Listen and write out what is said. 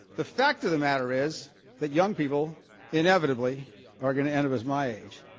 the fact of the matter is that young people inevitably are going to end up as my age.